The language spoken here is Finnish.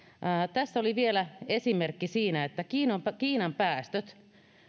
tässä oli vielä esimerkki siitä että kiinan päästöt